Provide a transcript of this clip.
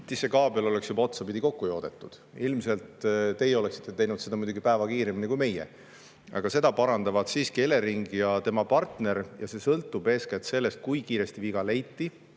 siis see kaabel oleks juba otsapidi kokku joodetud. Ilmselt teie oleksite teinud seda muidugi hulga kiiremini kui meie. Aga seda parandavad siiski Elering ja tema partner ja kõik on sõltunud eeskätt sellest, kui kiiresti viga leiti.